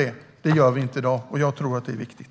Det gör vi inte i dag. Detta är viktigt.